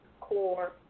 core